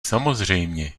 samozřejmě